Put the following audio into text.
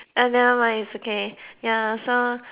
ah nevermind it's okay ya so